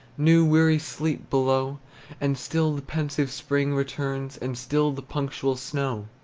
new weary sleep below and still the pensive spring returns, and still the punctual snow!